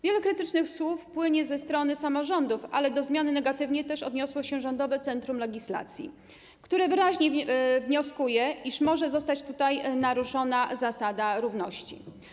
Wiele krytycznych słów płynie ze strony samorządów, ale do zmiany negatywnie też odniosło się Rządowe Centrum Legislacji, które wyraźnie uznaje, iż może zostać tutaj naruszona zasada równości.